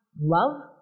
love